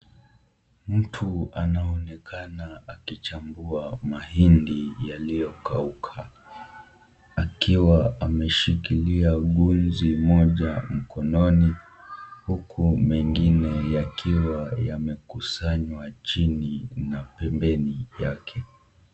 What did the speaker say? Mtu anaoenakana akichambua mahindi yaliyokauka akiwa ameshikilia ugunzi moja mkononi huku mengine yakiwa yamekusanywa chini na pembeni yake.